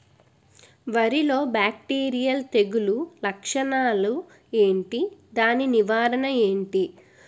వరి లో బ్యాక్టీరియల్ తెగులు లక్షణాలు ఏంటి? దాని నివారణ ఏంటి?